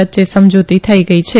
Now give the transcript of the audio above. વચ્ચે સમજુતી થઇ ગઇ છે